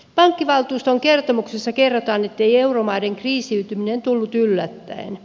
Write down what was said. pankkivaltuuston kertomuksessa kerrotaan ettei euromaiden kriisiytyminen tullut yllättäen